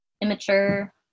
immature